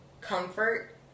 comfort